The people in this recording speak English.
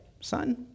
Son